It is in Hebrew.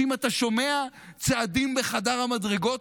שאם אתה שומע צעדים בחדר המדרגות,